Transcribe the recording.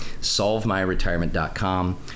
SolveMyRetirement.com